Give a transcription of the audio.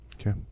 Okay